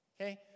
Okay